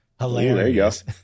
hilarious